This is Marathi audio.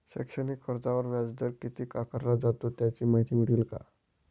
शैक्षणिक कर्जावर व्याजदर किती आकारला जातो? याची माहिती मिळेल का?